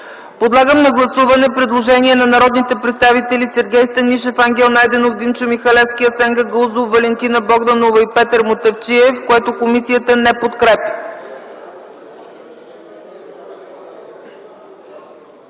Подлагам на гласуване предложението на народните представители Сергей Станишев, Ангел Найденов, Димчо Михалевски, Асен Гагаузов, Валентина Богданова и Петър Мутафчиев, което комисията не подкрепя.